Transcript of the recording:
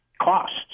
costs